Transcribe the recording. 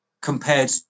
compared